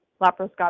laparoscopic